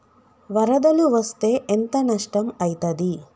వరదలు వస్తే ఎంత నష్టం ఐతది?